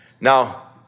Now